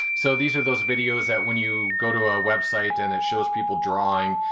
so, these are those videos that when you go to a website and it shows people drawing,